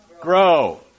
grow